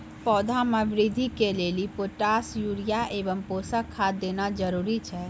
पौधा मे बृद्धि के लेली पोटास यूरिया एवं पोषण खाद देना जरूरी छै?